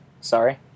sorry